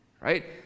Right